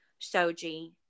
Soji